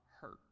hurt